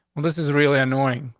um this is really annoying.